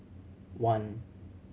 one